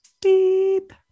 beep